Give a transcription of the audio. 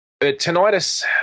Tinnitus